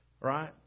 right